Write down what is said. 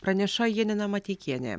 praneša janina mateikienė